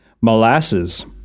Molasses